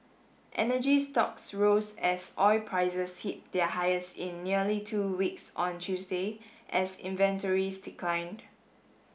energy stocks rose as oil prices hit their highest in nearly two weeks on Tuesday as inventories declined